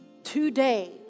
Today